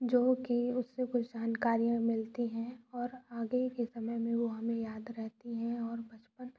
जो कि उससे कुछ जानकारियां मिलती हैं और आगे के समय में वो हमें याद रहती हैं और बचपन